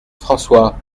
françois